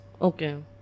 Okay